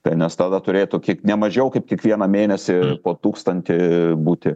tai nes tada turėtų nemažiau kaip kiekvieną mėnesį po tūkstantį būti